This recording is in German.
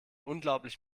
unglaublich